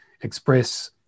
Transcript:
express